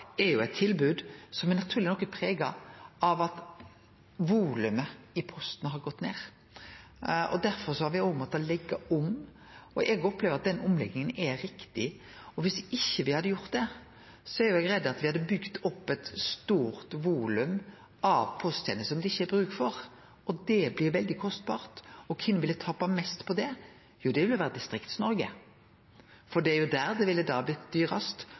er eit tilbod som naturleg nok er prega av at volumet i Posten har gått ned. Derfor har me òg måtta leggje om, og eg opplever at den omlegginga er riktig. Viss me ikkje hadde gjort det, er eg redd me hadde bygd opp eit stort volum av posttenester som det ikkje er bruk for, og det hadde blitt veldig kostbart. Og kven ville tape mest på det? Jo, det ville ha vore Distrikts-Noreg, for det er der det da ville ha blitt dyrast.